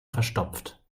verstopft